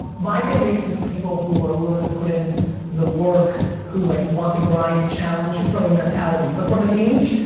my fan base is people who are willing to put in the work who like want the grind, the challenge and from the mentality. but from an age,